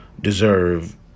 deserve